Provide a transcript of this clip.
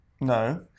No